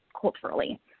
culturally